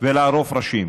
ולערוף ראשים